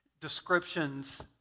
descriptions